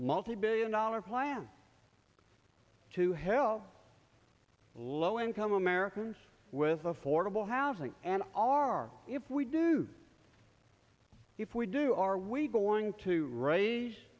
multibillion dollar plan to hell low income americans with affordable housing and are if we do if we do are we going to